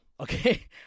Okay